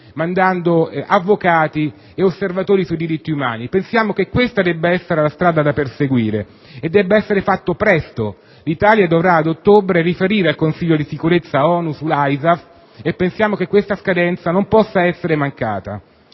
avvocati ed osservatori sui diritti umani. Pensiamo che questa debba essere la strada da perseguire e che si debba fare presto. L'Italia, infatti, ad ottobre dovrà riferire al Consiglio di sicurezza dell'ONU sull'ISAF e riteniamo che questa scadenza non possa essere mancata.